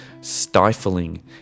stifling